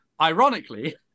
Ironically